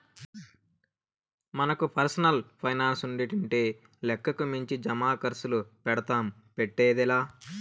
మనకు పర్సనల్ పైనాన్సుండింటే లెక్కకు మించి జమాకర్సులు పెడ్తాము, పెట్టేదే లా